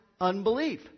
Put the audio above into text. unbelief